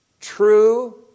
true